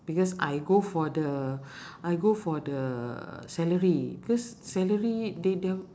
because I go for the I go for the salary because salary they they are